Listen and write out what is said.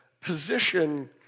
position